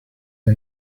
you